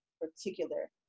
particular